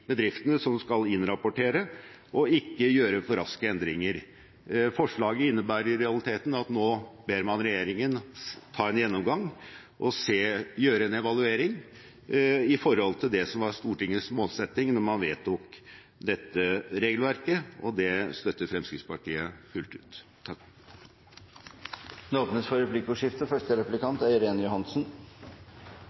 bedriftene som skal innrapportere, og ikke gjøre for raske endringer. Forslaget innebærer i realiteten at man nå ber regjeringen om å foreta en gjennomgang og en evaluering i forhold til det som var Stortingets målsetting da man vedtok dette regelverket. Dette støtter Fremskrittspartiet fullt ut. Det blir replikkordskifte.